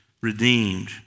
redeemed